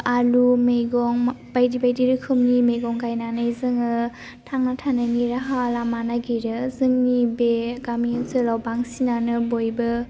आलु मैगं बायदि बायदि रोखोमनि मैगं गायनानै जोङो थांना थानायनि राहा लामा नायगिरो जोंनि बे गामि ओनसोलाव बांसिनानो बयबो